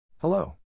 Hello